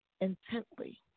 intently